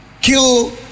kill